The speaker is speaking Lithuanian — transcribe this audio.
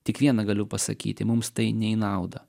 tik viena galiu pasakyti mums tai ne į naudą